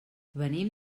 venim